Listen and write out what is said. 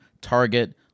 Target